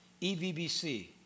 EVBC